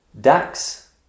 dax